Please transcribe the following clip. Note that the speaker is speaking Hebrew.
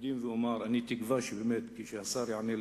אקדים ואומר, כשהשר יענה לי,